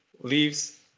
leaves